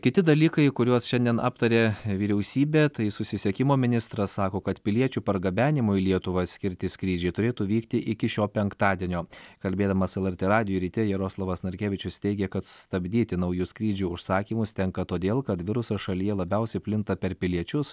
kiti dalykai kuriuos šiandien aptarė vyriausybė tai susisiekimo ministras sako kad piliečių pargabenimui į lietuvą skirti skrydžiai turėtų vykti iki šio penktadienio kalbėdamas lrt radijui ryte jaroslavas narkevičius teigė kad stabdyti naujų skrydžių užsakymus tenka todėl kad virusas šalyje labiausiai plinta per piliečius